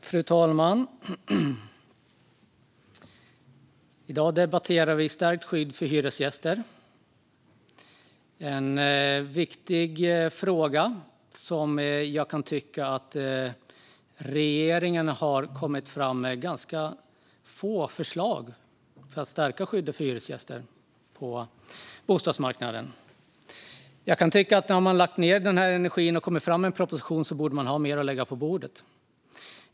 Fru talman! I dag debatterar vi stärkt skydd för hyresgäster. Det är en viktig fråga, och jag kan tycka att regeringen har kommit fram med ganska få förslag när det gäller att stärka skyddet för hyresgäster på bostadsmarknaden. När man har lagt ned energi och kommit fram med en proposition borde man ha mer att lägga på bordet.